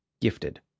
gifted